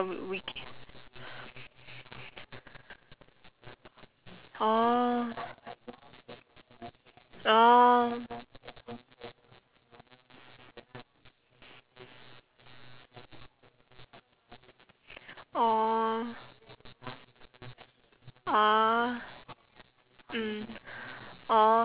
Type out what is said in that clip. ~n week~ orh orh orh ah mm orh